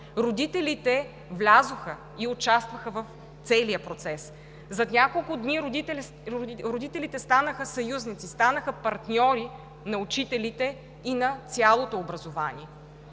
родителите влязоха и участваха в целия процес. За няколко дни родителите станаха съюзници, станаха партньори на учителите и на цялото образование.